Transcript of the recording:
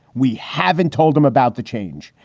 we haven't told him about the change.